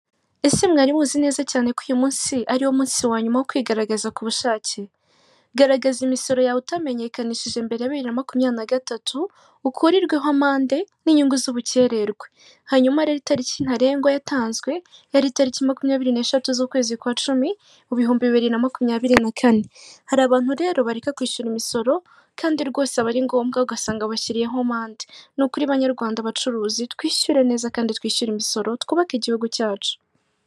Ese mwari muzi neza cyane ko uyu munsi ari wo munsi wa nyuma wo kwigaragaza ku bushake, garagaza imisoro yawe utamenyekanishije mbereya bibir na makumyabiri na gatatu ukurirweho amande n'inyungu z'ubukererwe. Hanyuma rero tariki ntarengwa yatanzwe yari itariki makumyabiri n'eshatu z'ukwezi kwa cumi mu bihumbi bibiri na makumyabiri na kane hari abantu rero bareka kwishyura imisoro kandi rwose aba ari ngombwa ugasanga bashyiriyeho amande, ni ukuri banyarwanda abacuruzi twishyure neza kandi twishyura imisoro twubake igihugu cyacu.